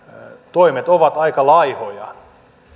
toimet ovat aika laihoja